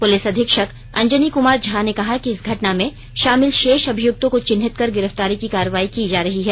police अधीक्षक अंजनी कुमार झा ने कहा कि इस घटना में शामिल शेष अभियुक्तों को चिन्हित कर गिरफ्तारी की कार्रवाई की जा रही है